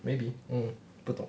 maybe um 不懂